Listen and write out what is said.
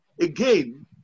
again